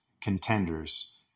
contenders